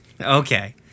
Okay